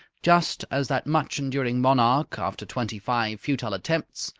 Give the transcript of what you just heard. just as that much-enduring monarch, after twenty-five futile attempts,